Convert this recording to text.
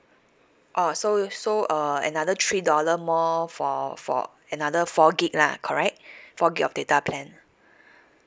ah so so uh another three dollar more for for another four gig lah correct four gig of data plan